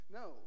no